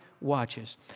watches